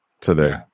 Today